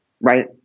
Right